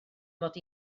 mod